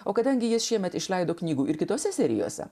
o kadangi jis šiemet išleido knygų ir kitose serijose